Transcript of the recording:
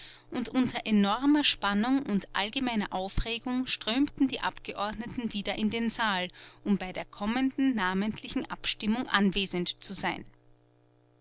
und unter enormer spannung und allgemeiner aufregung strömten die abgeordneten wieder in den saal um bei der kommenden namentlichen abstimmung anwesend zu sein